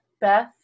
Beth